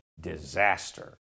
disaster